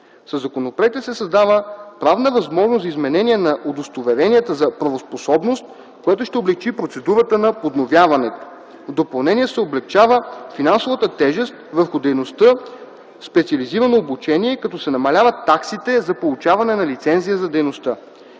Със законопроекта се създава правна възможност за изменение на удостоверенията за правоспособност, което ще облекчи процедурата на подновяването. В допълнение се облекчава финансовата тежест върху дейността специализирано обучение, като се намаляват таксите за получаване на лицензия за дейността.